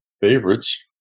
favorites